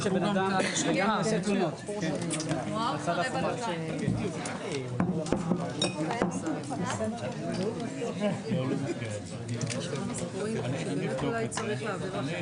13:04.